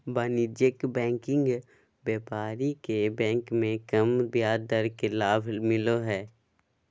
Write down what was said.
वाणिज्यिक बैंकिंग व्यापारिक बैंक मे कम ब्याज दर के लाभ मिलो हय